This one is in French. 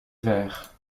vert